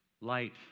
Light